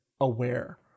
aware